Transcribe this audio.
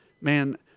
man